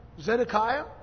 Zedekiah